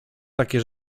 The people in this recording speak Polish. takie